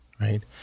right